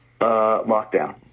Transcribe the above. lockdown